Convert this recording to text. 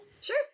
Sure